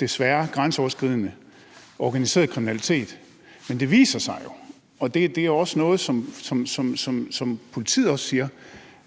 desværre grænseoverskridende organiseret kriminalitet. Men det viser sig, og det er også noget, som politiet siger,